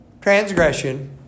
transgression